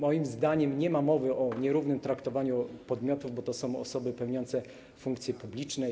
Moim zdaniem nie ma mowy o nierównym traktowaniu podmiotów, bo to są osoby pełniące funkcje publiczne.